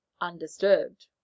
undisturbed